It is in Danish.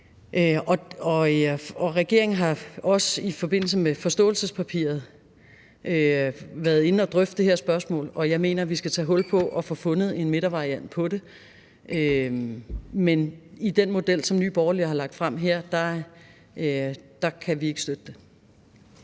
regeringen har også i forbindelse med forståelsespapiret været inde og drøfte det her spørgsmål, og jeg mener, vi skal tage hul på at få fundet den variant midt imellem. Men i den model, som Nye Borgerlige har lagt frem her, kan vi ikke støtte.